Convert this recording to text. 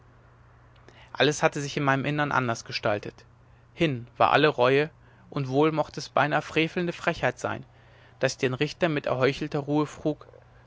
alles hatte sich in meinem innern anders gestaltet hin war alle reue und wohl mochte es beinahe frevelnde frechheit sein daß ich den richter mit erheuchelter ruhe frug